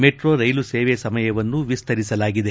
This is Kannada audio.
ಮೆಟ್ರೋ ರೈಲು ಸೇವೆ ಸಮಯವನ್ನು ವಿಸ್ತಂಸಲಾಗಿದೆ